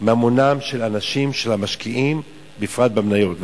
ממונם של המשקיעים, בפרט במניות.